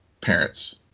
parents